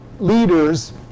Leaders